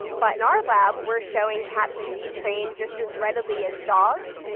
um but in our lab, we're showing cats can be trained just as readily as dogs.